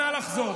נא לחזור.